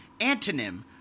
antonym